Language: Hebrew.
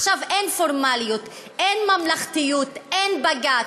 עכשיו אין פורמליות, אין ממלכתיות, אין בג"ץ,